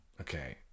Okay